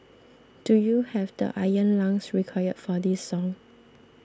do you have the iron lungs required for this song